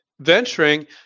Venturing